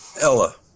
Ella